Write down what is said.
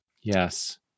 yes